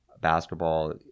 basketball